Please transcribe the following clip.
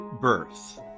Birth